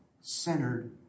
centered